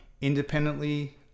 independently